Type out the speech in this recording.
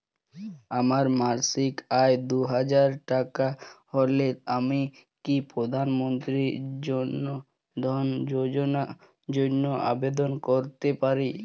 আমার মাসিক আয় দুহাজার টাকা হলে আমি কি প্রধান মন্ত্রী জন ধন যোজনার জন্য আবেদন করতে পারি?